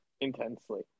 intensely